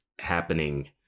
happening